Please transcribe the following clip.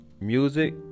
music